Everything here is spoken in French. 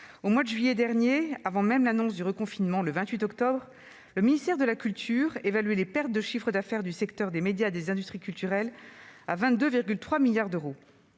Au mois de juillet dernier, avant même l'annonce du reconfinement le 28 octobre, le ministère de la culture évaluait les pertes de chiffre d'affaires du secteur des médias et des industries culturelles à 22,3 milliards d'euros.